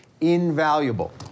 invaluable